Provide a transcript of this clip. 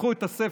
תיקחו את הספר,